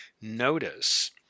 notice